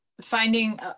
finding